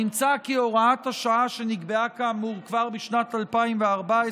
נמצא כי הוראת השעה, שנקבעה כאמור כבר בשנת 2014,